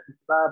está